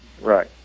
Right